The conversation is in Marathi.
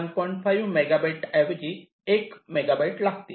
5 मेगाबाइट ऐवजी 1 मेगाबाइट लागतील